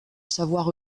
savoir